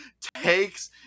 takes